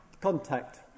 contact